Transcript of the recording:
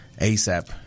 asap